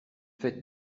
fête